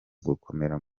gukomera